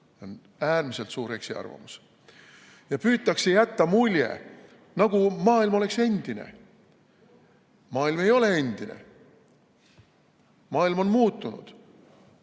See on äärmiselt suur eksiarvamus. Püütakse jätta muljet, nagu maailm oleks endine. Maailm ei ole endine. Maailm on